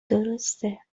درسته